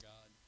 God